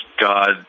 God